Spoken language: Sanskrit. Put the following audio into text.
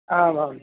आमां